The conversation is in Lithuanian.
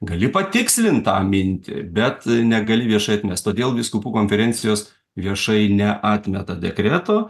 gali patikslint tą mintį bet negali viešai atmest todėl vyskupų konferencijos viešai neatmeta dekreto